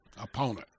opponent